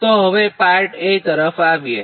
તો હવે પાર્ટ તરફ આવીએ